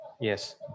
Yes